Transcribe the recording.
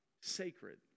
sacred